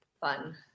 Fun